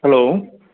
hello